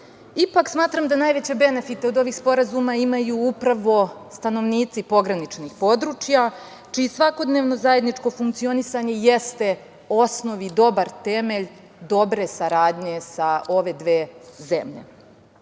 smatram da najveće benefite od ovih sporazuma imaju upravo stanovnici pograničnih područja, čije svakodnevno zajedničko funkcionisanje jeste osnov i dobar temelj dobre saradnje sa ove dve zemlje. Na